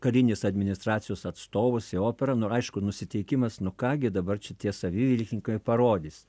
karinis administracijos atstovas į operą nu aišku nusiteikimas nu ką gi dabar čia saviveiklininkai parodys